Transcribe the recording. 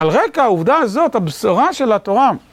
על רקע העובדה הזאת, הבשורה של התורה...